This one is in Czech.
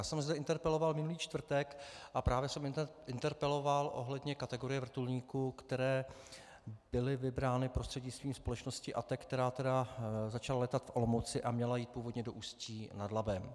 Já jsem zde interpeloval minulý čtvrtek a právě jsem interpeloval ohledně kategorie vrtulníků, které byly vybrány prostřednictvím společnosti ATEC, která začala létat v Olomouci a měla jít původně do Ústí nad Labem.